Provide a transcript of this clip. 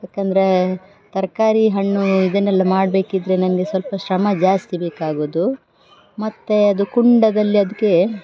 ಯಾಕಂದ್ರೆ ತರಕಾರಿ ಹಣ್ಣು ಇದನ್ನೆಲ್ಲ ಮಾಡಬೇಕಿದ್ರೆ ನನಗೆ ಸ್ವಲ್ಪ ಶ್ರಮ ಜಾಸ್ತಿ ಬೇಕಾಗುವುದು ಮತ್ತು ಅದು ಕುಂಡದಲ್ಲಿ ಅದಕ್ಕೆ